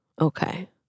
Okay